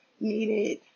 needed